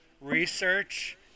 research